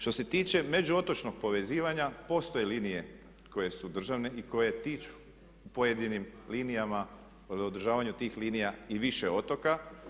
Što se tiče međuotočnog povezivanja postoje linije koje su državne i koje tiču u pojedinim linijama ili održavanju tih linija i više otoka.